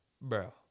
Bro